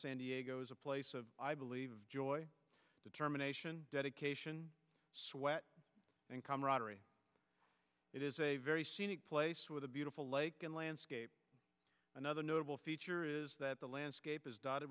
san diego is a place of i believe joy determination dedication sweat and camaraderie it is a very scenic place with a beautiful lake and landscape another notable feature is that the landscape is d